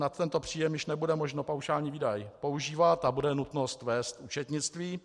Nad tento příjem již nebude možno paušální výdaj používat a bude nutnost vést účetnictví.